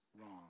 wrong